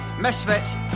misfits